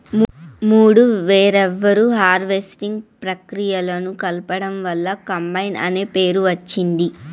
మూడు వేర్వేరు హార్వెస్టింగ్ ప్రక్రియలను కలపడం వల్ల కంబైన్ అనే పేరు వచ్చింది